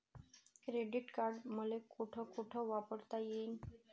Credit card मले कोठ कोठ वापरता येईन?